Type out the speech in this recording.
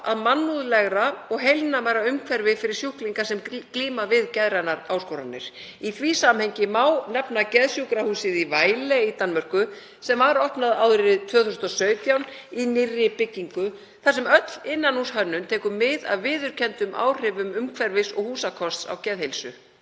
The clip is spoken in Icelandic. að mannúðlegra og heilnæmara umhverfi fyrir sjúklinga sem glíma við geðrænar áskoranir. Í því samhengi má nefna geðsjúkrahúsið í Vejle í Danmörku sem var opnað árið 2017 í nýrri byggingu þar sem öll innanhússhönnun tekur mið af viðurkenndum áhrifum umhverfis og húsakosts á geðheilsu.